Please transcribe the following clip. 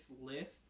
list